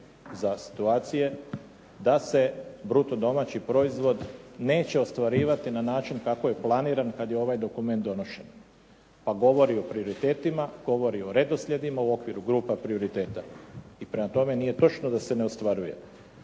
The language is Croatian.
za situacije da se bruto domaći proizvod neće ostvarivati na način kako je planiran kada je ovaj dokument donošen. A govori o prioritetima, govori o redosljedima u okviru grupa prioriteta. I prema tome, nije točno da se ne ostvaruje.